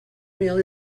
reel